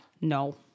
No